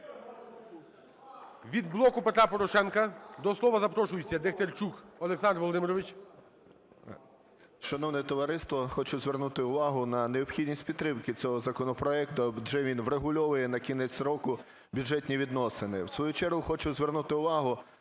Від "Блоку Петра Порошенка" до слова запрошується Дехтярчук Олександр Володимирович.